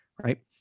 right